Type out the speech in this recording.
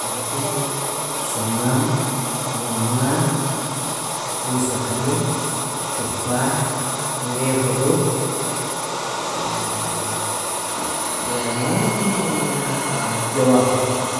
Battikh, shammam, ruman, yusufafndi, tuffah, grae frut, lemon, Jawafa.